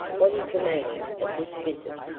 what is the meaning of this visit?